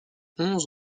onze